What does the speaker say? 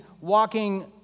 walking